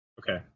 okay